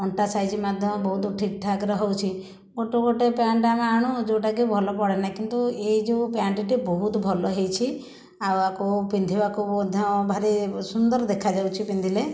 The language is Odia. ଅଣ୍ଟା ସାଇଜ ମଧ୍ୟ ବହୁତ ଠିକ୍ ଠାକ୍ ରେ ହେଉଛି ଗୋଟେ ଗୋଟେ ପ୍ୟାଣ୍ଟ୍ ଆମେ ଆଣୁ ଯେଉଁଟାକି ଭଲ ପଡ଼େନା କିନ୍ତୁ ଏଇ ଯେଉଁ ପ୍ୟାଣ୍ଟଟି ବହୁତ ଭଲ ହେଇଛି ଆଉ ଆକୁ ପିନ୍ଧିବାକୁ ମଧ୍ୟ ଭାରି ସୁନ୍ଦର ଦେଖାଯାଉଛି ପିନ୍ଧିଲେ